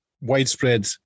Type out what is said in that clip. widespread